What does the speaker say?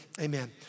amen